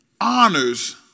honors